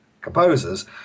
composers